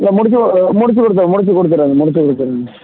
இல்லை முடித்து முடித்து கொடுத்துடுறங்க முடித்து கொடுத்தறங்க முடித்து கொடுத்தறங்க